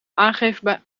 aangeven